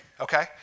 Okay